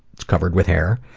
it's covered with hair.